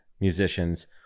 musicians